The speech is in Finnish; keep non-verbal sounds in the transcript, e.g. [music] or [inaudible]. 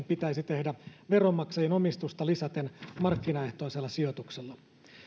[unintelligible] pitäisi tehdä veronmaksajien omistusta lisäten markkinaehtoisella sijoituksella